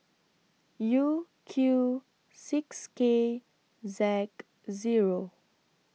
U Q six K Zac Zero